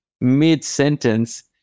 mid-sentence